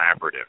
collaborative